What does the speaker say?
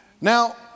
Now